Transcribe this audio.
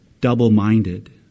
double-minded